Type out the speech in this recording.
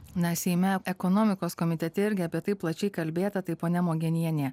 nes seime ekonomikos komitete irgi apie tai plačiai kalbėta tai ponia mogenienė